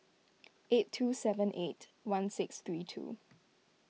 eight two seven eight one six three two